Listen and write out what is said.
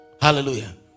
Hallelujah